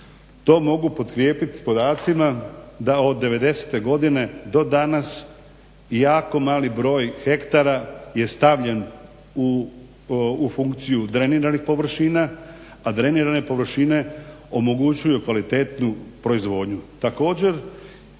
To mogu potkrijepit sa podacima da od devedesete godine do danas jako mali broj hektara je stavljen u funkciju dreniranih površina, a drenirane površine omogućuju kvalitetnu proizvodnju.